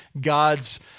God's